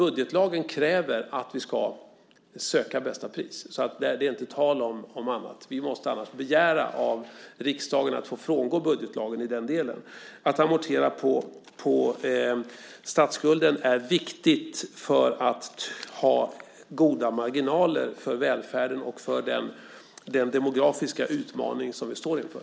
Budgetlagen kräver att vi ska söka bästa pris. Det är inte tal om annat. Vi måste annars begära av riksdagen att få frångå budgetlagen i den delen. Att amortera på statsskulden är viktigt för att ha goda marginaler för välfärden och för den demografiska utmaning som vi står inför.